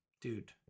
dude